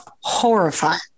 horrifying